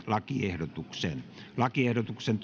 lakiehdotuksesta lakiehdotuksesta